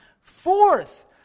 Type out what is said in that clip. Fourth